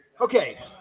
Okay